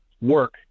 work